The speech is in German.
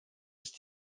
ist